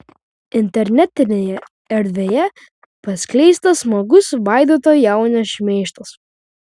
internetinėje erdvėje paskleistas smagus vaidoto jaunio šmeižtas